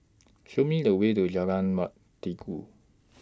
Show Me The Way to Jalan